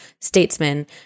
statesmen